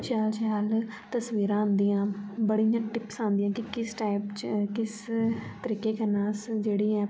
शैल शैल तस्वीरां आन्दिया बड़ी इ'यां टिप्स आन्दियां कि किस टाइप च किस तरीके कन्नै अस जेह्ड़ी अपनी